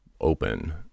open